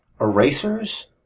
erasers